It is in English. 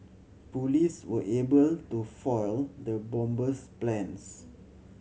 police were able to foil the bomber's plans